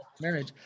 marriage